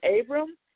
Abram